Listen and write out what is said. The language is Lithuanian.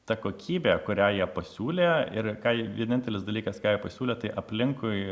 ta kokybė kurią jie pasiūlė ir ką vienintelis dalykas ką jie pasiūlė tai aplinkui